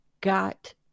got